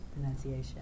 pronunciation